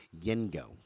Yengo